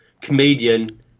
comedian